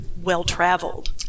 well-traveled